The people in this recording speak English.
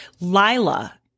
Lila